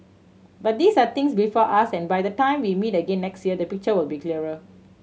but these are things before us and by the time we meet again next year the picture will be clearer